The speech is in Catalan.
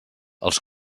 els